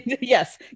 Yes